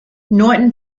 norton